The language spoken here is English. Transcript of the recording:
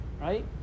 right